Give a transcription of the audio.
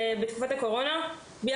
בתקופת הקורונה בשנה שעברה הובלנו,